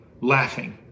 laughing